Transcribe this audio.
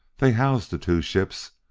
they housed the two ships,